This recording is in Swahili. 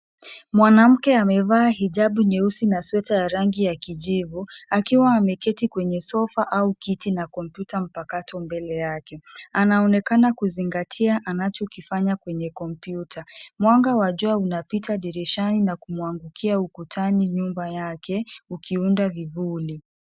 Mwanamke amevaa hijabu nyeusi na sweta ya rangi ya kijivu akiwa ameketi kwenye sofa au kiti na kompyuta mpakato mbele yake. Anaonekana kuzingatia anachokifanya kwenye kompyuta. Mwanga wa jua unapita dirishani na kumwangukia ukutani nyumba yake ukiunda vivuli.